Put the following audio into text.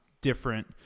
different